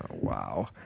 Wow